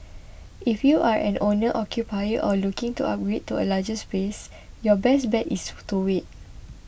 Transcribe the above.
if you are an owner occupier or looking to upgrade to a larger space your best bet is to wait